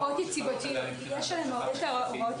הם ישמרו את